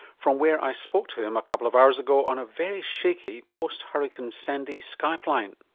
from where i spoke to him a couple of hours ago on a very shaky post-hurricane sandy skype line.